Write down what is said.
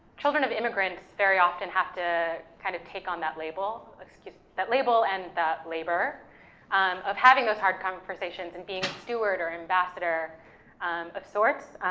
children of immigrants very often have to kind of take on that label, excuse me, that label and that labor um of having those hard conversations, and being steward or ambassador um of sorts.